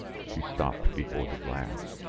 she stopped before the glass.